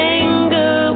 anger